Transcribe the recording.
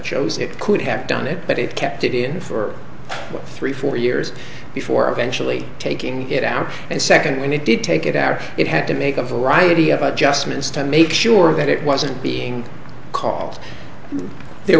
shows it could have done it but it kept it in for three four years before eventually taking it out and second when it did take it out it had to make a variety of adjustments to make sure that it wasn't being caused the